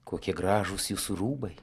kokie gražūs jūsų rūbai